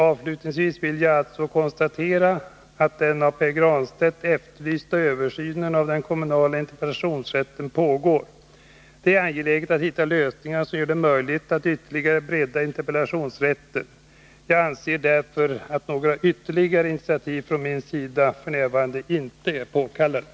Avslutningsvis vill jag alltså konstatera att den av Pär Granstedt efterlysta översynen av den kommunala interpellationsrätten pågår. Det är angeläget att hitta lösningar som gör det möjligt att ytterligare bredda interpellationsrätten. Jag anser därför att några ytterligare initiativ från min sida f. n. inte är påkallade.